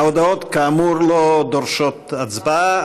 ההודעות, כאמור, לא דורשות הצבעה.